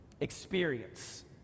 experience